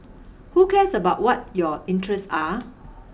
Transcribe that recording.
who cares about what your interests are